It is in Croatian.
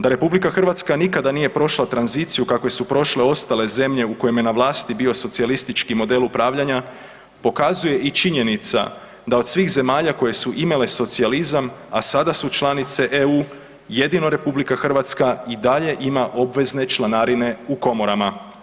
Da RH nikada nije prošla tranziciju kakvu su prošle ostale zemlje u kojima je na vlasti bio socijalistički model upravljanja pokazuje i činjenica da od svih zemalja koje su imale socijalizam, a sada su članice EU jedino RH i dalje ima obvezne članarine u komorama.